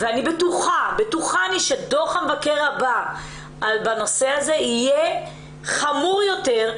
אני בטוחה שדוח המבקר הבא בנושא הזה יהיה חמור יותר,